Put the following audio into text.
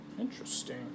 interesting